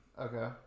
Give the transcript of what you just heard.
Okay